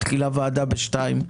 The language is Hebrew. מתחילה ועדה ב-14:00,